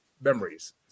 memories